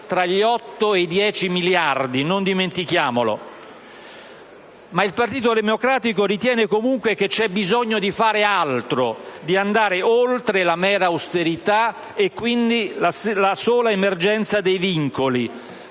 tra gli otto e i dieci miliardi. Non dimentichiamolo. Il Partito Democratico ritiene che ci sia comunque bisogno di fare altro, di andare oltre la mera austerità e, la sola emergenza dei vincoli.